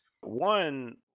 one